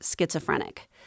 schizophrenic